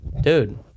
dude